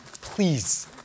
Please